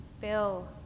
Bill